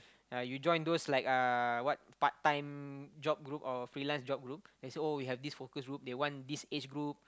ya you join those like uh what part time job group or freelance job group they say oh we have this focus group they want this age group